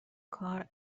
کار